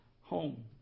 home